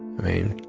mean,